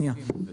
ברשותך,